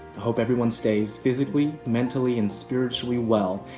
hope everyone stays physically, mentally, and spiritually well,